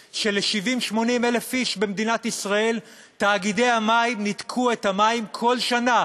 של-70,000 80,000 איש במדינת ישראל תאגידי המים ניתקו את המים כל שנה,